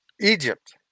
Egypt